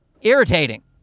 irritating